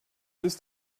ist